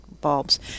bulbs